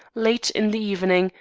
late in the evening,